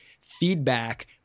feedback